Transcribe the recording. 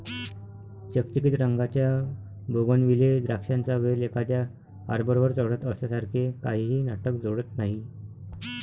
चकचकीत रंगाच्या बोगनविले द्राक्षांचा वेल एखाद्या आर्बरवर चढत असल्यासारखे काहीही नाटक जोडत नाही